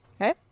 Okay